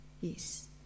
yes